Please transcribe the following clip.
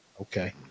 Okay